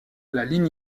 ligne